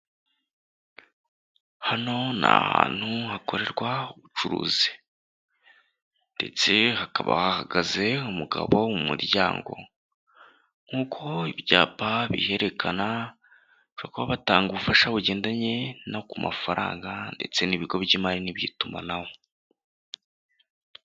Hano ni ahantu hakorerwa ubucuruzi, ndetse hakaba hahagaze umugabo wo mu muryango, nk'uko ibyapa bihererekana bashobora kuba batanga ubufasha bugendanye no ku mafaranga ndetse n'ibigo by'imari n'iby'itumanaho.